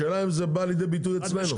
השאלה אם זה בא לידי ביטוי אצלנו.